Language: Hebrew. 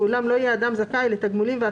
אנחנו מדברים על משהו שנועד להכרה,